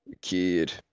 kid